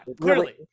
clearly